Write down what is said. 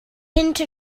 into